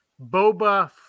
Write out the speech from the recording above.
Boba